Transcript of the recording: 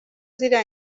ziriya